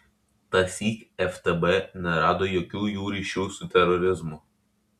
tąsyk ftb nerado jokių jų ryšių su terorizmu